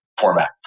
format